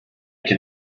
can